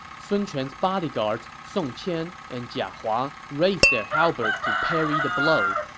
sun quan's bodyguards song qian and jia hua raised their halberds to parry the blow.